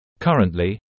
Currently